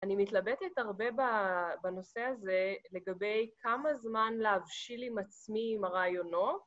אני מתלבטת הרבה בנושא הזה לגבי כמה זמן להבשיל עם עצמי עם הרעיונות.